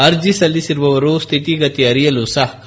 ಅರ್ಜಿ ಸಲ್ಲಿಸಿರುವವರು ಸ್ಲಿತಿಗತಿ ಅರಿಯಲು ಸಹಕಾರಿ